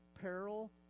peril